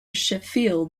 sheffield